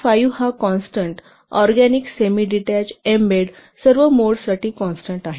5 हा constant organic semidetached embedded सर्व मोडसाठी कॉन्स्टन्ट आहे